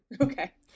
Okay